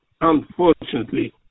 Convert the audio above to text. unfortunately